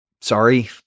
sorry